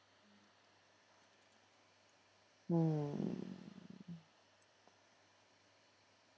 mm